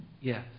Yes